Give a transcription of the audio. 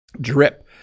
Drip